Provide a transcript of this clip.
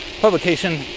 publication